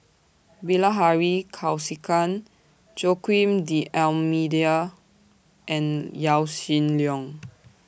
Bilahari Kausikan Joaquim D'almeida and Yaw Shin Leong